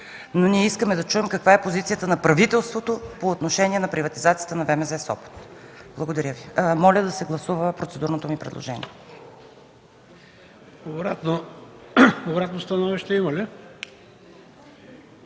Ние искаме да чуем каква е позицията на правителството по отношение на приватизацията на ВМЗ – Сопот. Моля да се гласува процедурното ми предложение.